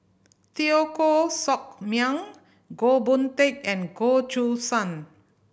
Teo Koh Sock Miang Goh Boon Teck and Goh Choo San